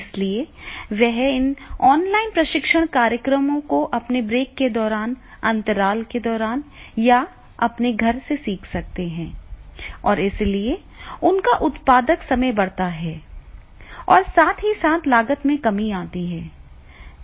इसलिए वे इन ऑनलाइन प्रशिक्षण कार्यक्रमों को अपने ब्रेक के दौरान अंतराल के दौरान या अपने घर से सीख सकते हैं और इसलिए उनका उत्पादक समय बढ़ता है और साथ ही साथ लागत में कमी आती है